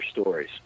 stories